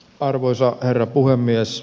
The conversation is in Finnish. arvoisa herra puhemies